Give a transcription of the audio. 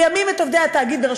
לימים את עובדי התאגיד,